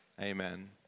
Amen